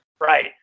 right